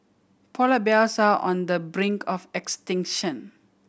polar bears are on the brink of extinction